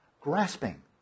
Grasping